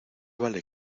vale